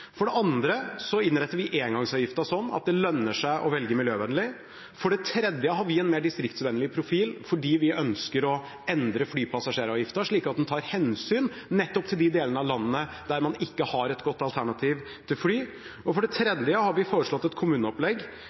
For det andre innretter vi engangsavgiften sånn at det lønner seg å velge miljøvennlig. For det tredje har vi en mer distriktsvennlig profil fordi vi ønsker å endre flypassasjeravgiften slik at den tar hensyn nettopp til de delene av landet der man ikke har et godt alternativ til fly. Og for det fjerde har vi foreslått et kommuneopplegg